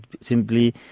Simply